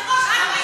אדוני היושב-ראש,